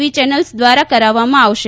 વી channels દ્વારા કરાવવામાં આવશે